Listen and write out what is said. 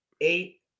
eight